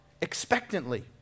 expectantly